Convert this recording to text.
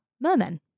mermen